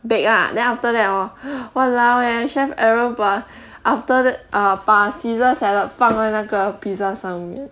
bake lah then after that hor !walao! eh chef aaron 把 after the~ uh 把 caesar salad 放在那个 pizza 上面